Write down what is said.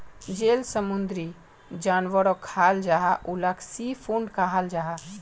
जेल समुंदरी जानवरोक खाल जाहा उलाक सी फ़ूड कहाल जाहा